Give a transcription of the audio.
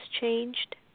changed